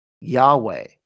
Yahweh